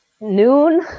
noon